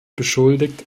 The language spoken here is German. beschuldigt